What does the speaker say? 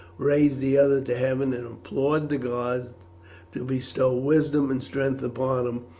raised the other to heaven and implored the gods to bestow wisdom and strength upon him,